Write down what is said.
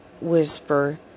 whisper